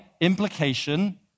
implication